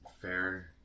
fair